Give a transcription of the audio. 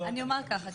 אז אני אומר ככה,